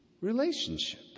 relationship